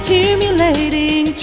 Accumulating